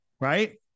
Right